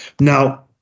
Now